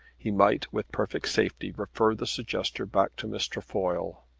he might with perfect safety refer the suggester back to miss trefoil.